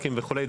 פארקים וכולי.